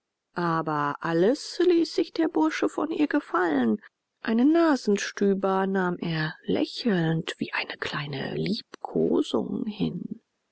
aber alles ließ sich der bursche von ihr gefallen einen nasenstüber nahm er lächelnd wie eine kleine liebkosung hin